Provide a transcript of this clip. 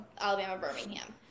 Alabama-Birmingham